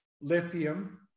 lithium